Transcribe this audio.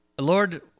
Lord